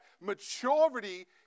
maturity